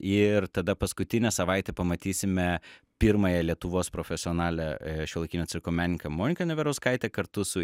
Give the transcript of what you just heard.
ir tada paskutinę savaitę pamatysime pirmąją lietuvos profesionalią šiuolaikinio cirko menininkė moniką neverauskaitę kartu su